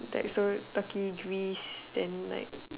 that is uh Turkey Greece then like